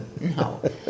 no